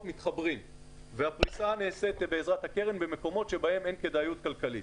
מתחברים והפריסה נעשית בעזרת הקרן במקומות בהם אין כדאיות כלכלית.